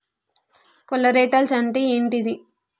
Collaterals అంటే ఏంటిది?